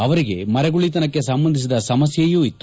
ಅವರಿಗೆ ಮರೆಗುಳತನಕ್ಕೆ ಸಂಬಂಧಿಸಿದ ಸಮಸ್ಥೆಯೂ ಇತ್ತು